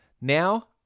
Now